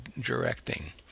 directing